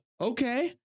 okay